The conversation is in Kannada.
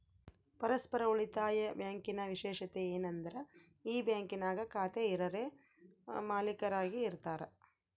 ಪರಸ್ಪರ ಉಳಿತಾಯ ಬ್ಯಾಂಕಿನ ವಿಶೇಷತೆ ಏನಂದ್ರ ಈ ಬ್ಯಾಂಕಿನಾಗ ಖಾತೆ ಇರರೇ ಮಾಲೀಕರಾಗಿ ಇರತಾರ